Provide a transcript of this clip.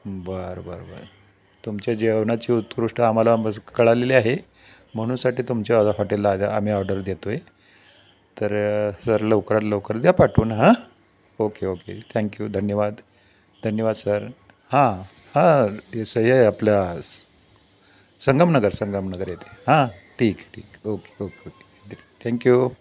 बरं बरं बरं तुमच्या जेवणाची उत्कृष्ट आम्हाला कळालेली आहे म्हणूनसाठी तुमच्या अजा हॉटेलला आम्ही ऑर्डर देतो आहे तर सर लवकरात लवकर द्या पाठवून हां ओके ओके थँक्यू धन्यवाद धन्यवाद सर हां हां सय आपल्या संगमनगर संगमनगर येथे हां ठीक आहे ठीक आहे ओके ओके ओके थे ठँक्यू